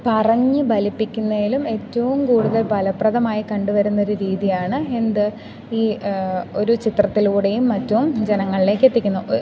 പറഞ്ഞു ഫലിപ്പിക്കുന്നതിലും ഏറ്റവും കൂടുതൽ ഫലപ്രദമായി കണ്ടുവരുന്നൊരു രീതിയാണ് എന്ത് ഈ ഒരു ചിത്രത്തിലൂടെയും മറ്റും ജനങ്ങളിലേക്ക് എത്തിക്കുന്നു